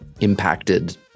impacted